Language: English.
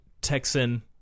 Texan